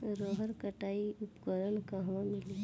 रहर कटाई उपकरण कहवा मिली?